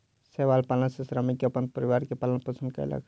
शैवाल पालन सॅ श्रमिक अपन परिवारक पालन पोषण कयलक